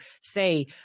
say